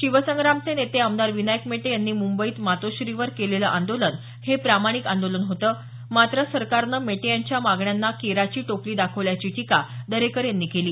शिवसंग्रामचे नेते आमदार विनायक मेटे यांनी मुंबईत मातोश्रीवर केलेलं आंदोलन हे प्रामाणिक आंदोलन होतं मात्र सरकारनं मेटे यांच्या मागण्यांना केराची टोपली दाखवल्याची टीका दरेकर यांनी केली